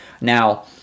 Now